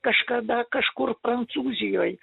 kažkada kažkur prancūzijoj